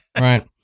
Right